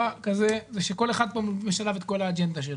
כזה היא שכל אחד משלב כאן את האג'נדה שלו.